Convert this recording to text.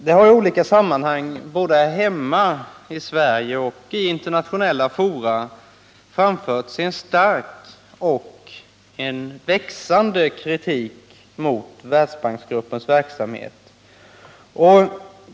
Det har i olika sammanhang, både här hemma i Sverige och i internationella fora, framförts stark och växande kritik mot Världsbanksgruppens verksamhet.